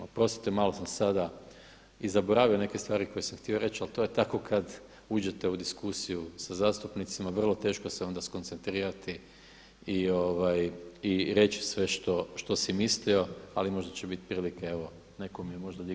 Oprostite, malo sam sada i zaboravio neke stvari koje sam htio reći ali to je tako kada uđete u diskusiju sa zastupnicima, vrlo teško se onda skoncentrirati i reći sve što si mislio, ali možda će biti prilike, evo, netko mi je možda dignuo repliku.